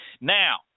Now